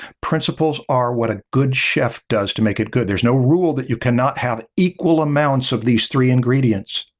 principles are what a good chef does to make it good. there's no rule that you cannot have equal amounts of these three ingredients.